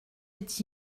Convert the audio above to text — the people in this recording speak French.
est